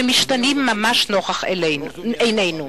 שמשתנים ממש לנגד עינינו.